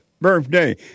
birthday